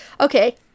okay